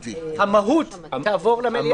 המהות תעבור למליאה.